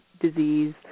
disease